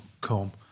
come